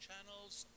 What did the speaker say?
Channels